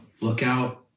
lookout